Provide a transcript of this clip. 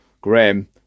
Graham